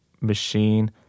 machine